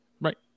right